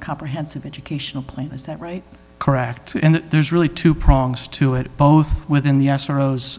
comprehensive educational plan is that right correct and there's really two prongs to it both within the us aros